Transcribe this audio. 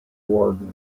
warden